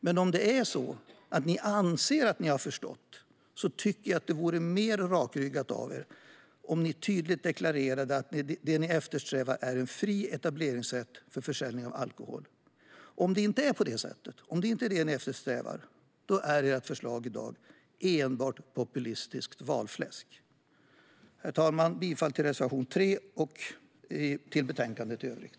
Men om ni anser att ni har förstått tycker jag att det vore mer rakryggat av er om ni tydligt deklarerade att det ni eftersträvar är fri etableringsrätt för försäljning av alkohol. Om det inte är på det sättet, om det inte är det ni eftersträvar, är ert förslag i dag enbart populistiskt valfläsk. Herr talman! Jag yrkar bifall till reservation 3 och till utskottets förslag i övrigt.